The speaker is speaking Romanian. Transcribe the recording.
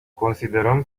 considerăm